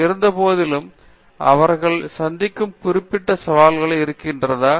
இருந்தபோதிலும் அவர்கள் சந்திக்கும் குறிப்பிட்ட சவால்கள் இருக்கிறதா